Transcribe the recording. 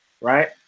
right